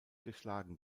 geschlagen